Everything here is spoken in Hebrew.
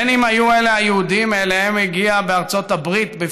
בין שהיו אלה היהודים בארצות הברית שאליהם הגיעה